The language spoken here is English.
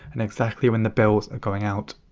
and exactly when the bills are going out.